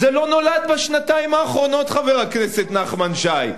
זה לא נולד בשנתיים האחרונות, חבר הכנסת נחמן שי.